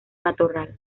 matorral